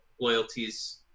loyalties